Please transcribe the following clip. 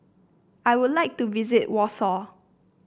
I would like to visit Warsaw